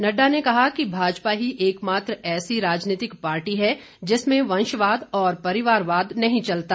नड़डा ने कहा कि भाजपा ही एक मात्र ऐसी राजनीतिक पार्टी है जिसमें वंशवाद और परिवार वाद नहीं चलता